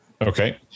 Okay